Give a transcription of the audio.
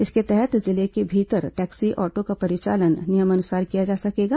इसके तहत जिले के भीतर टैक्सी ऑटो का परिचालन नियमानुसार किया जा सकेगा